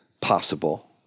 possible